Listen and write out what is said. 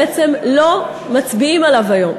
בעצם לא מצביעים עליו היום.